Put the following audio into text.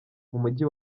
mujyi